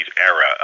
era